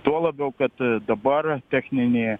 tuo labiau kad dabar techninė